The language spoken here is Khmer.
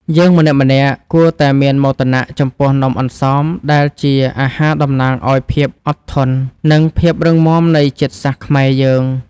យើងម្នាក់ៗគួរតែមោទនៈចំពោះនំអន្សមដែលជាអាហារតំណាងឱ្យភាពអត់ធន់ និង ភាពរឹងមាំនៃជាតិសាសន៍ខ្មែរយើង។